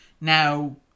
now